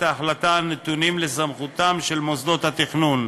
ההחלטה הנתונים לסמכותם של מוסדות התכנון,